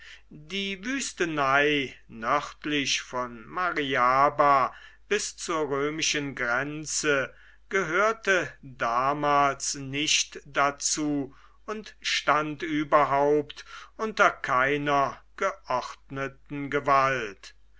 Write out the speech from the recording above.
die wüstenei nördlich von mariaba bis zur römischen grenze gehörte damals nicht dazu und stand überhaupt unter keiner geordneten gewalt